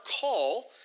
call